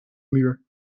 muur